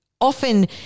often